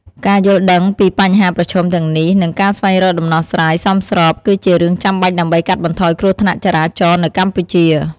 ការយល់ដឹងពីបញ្ហាប្រឈមទាំងនេះ និងការស្វែងរកដំណោះស្រាយសមស្រប គឺជារឿងចាំបាច់ដើម្បីកាត់បន្ថយគ្រោះថ្នាក់ចរាចរណ៍នៅកម្ពុជា។